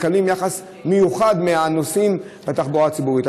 הם מקבלים יחס מיוחד מהנוסעים בתחבורה הציבורית.